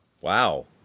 Wow